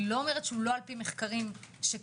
אני לא אומרת שהוא לא על-פי מחקרים שבדקתם,